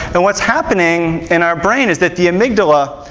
and what's happening in our brain is that the amygdala,